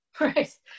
Right